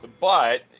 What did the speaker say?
but-